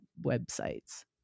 websites